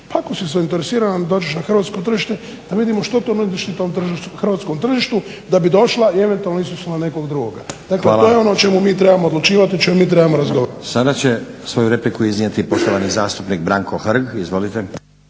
Pa ako si zainteresirana da dođeš na hrvatsko tržište da vidimo što to nude na hrvatskom tržištu da bi došla i eventualno … nekog drugoga. Dakle to je ono o čemu mi trebamo odlučivati i o čemu mi moramo razgovarati. **Stazić, Nenad (SDP)** Hvala. Sada će svoju repliku iznijeti poštovani zastupnik Branko Hrg.